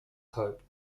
hope